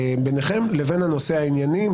והאידיאולוגי ביניכם לבין הנושא הענייני.